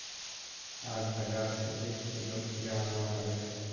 आज बाजार स एक किलो खीरा अनवा हबे